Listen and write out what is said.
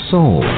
Soul